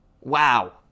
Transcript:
Wow